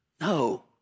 No